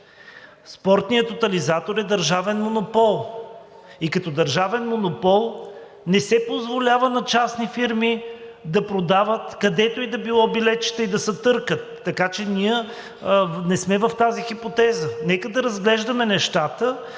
Спортният тотализатор е държавен монопол и като държавен монопол не се позволява на частни фирми да продават където и да било билетчета и да се търкат. Така че ние не сме в тази хипотеза. Нека да разглеждаме нещата